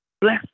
bless